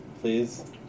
Please